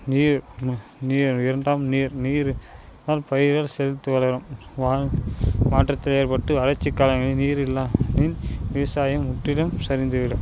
நீர் நீர் இரண்டாம் நீர் நீர் இருந்தால் பயிர்கள் செழித்து வளரும் வானம் மாற்றத்தை ஏற்பட்டு வறட்சி காலங்களில் நீர் இல்லாமல் விவசாயம் முற்றிலும் சரிந்து விடும்